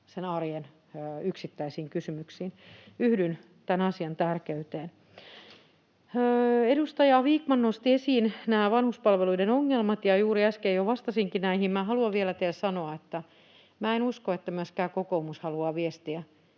tukea arjen yksittäisiin kysymyksiin. Yhdyn tämän asian tärkeyteen. Edustaja Vikman nosti esiin nämä vanhuspalveluiden ongelmat, ja juuri äsken jo vastasinkin näihin. Haluan vielä teille sanoa, että en usko, että myöskään kokoomus haluaa viestiä